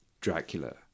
Dracula